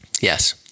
yes